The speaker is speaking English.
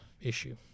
issue